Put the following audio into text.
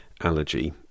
allergy